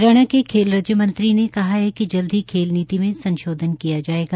हरियाणा के खेल राज्य मंत्री ने कहा है कि जल्दी ही खेल नीति में संशोधन किया जायेगा